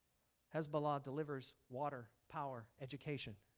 hezbollah delivers water, power, education.